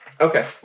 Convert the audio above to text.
Okay